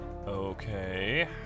Okay